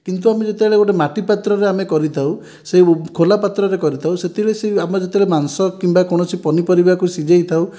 କିନ୍ତୁ ଆମେ ଯେତେବେଳେ ଗୋଟେ ମାଟିପାତ୍ରରେ ଆମେ କରିଥାଉ ସେ ଖୋଲାପାତ୍ରରେ କରିଥାଉ ସେତେବେଳେ ଆମେ ଯେତେବେଳେ ମାଂସ କିମ୍ବା କୌଣସି ପାନିପରିବାକୁ ଶିଝାଇଥାଉ